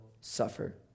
suffer